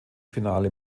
finale